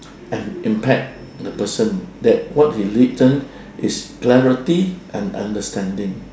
im~ impact the person that what he need then is clarity and understanding